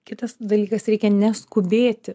kitas dalykas reikia neskubėti